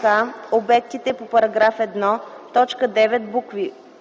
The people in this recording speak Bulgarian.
а) обектите на § 1, т. 9, букви